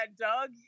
Doug